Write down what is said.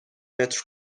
متر